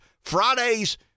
Friday's